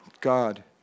God